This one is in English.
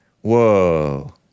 Whoa